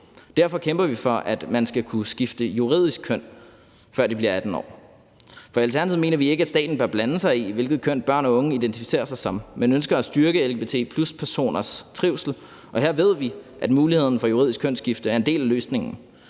Derfor kæmper vi for, at man skal kunne skifte juridisk køn, før man bliver 18 år. For i Alternativet mener vi ikke, at staten bør blande sig i, hvilket køn børn og unge identificerer sig som, men vi ønsker at styrke lgbt+-personers trivsel, og her ved vi, at muligheden for juridisk kønsskifte er en del af løsningen.